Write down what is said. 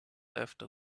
after